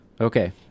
Okay